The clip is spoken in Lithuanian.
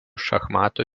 šachmatų